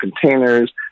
containers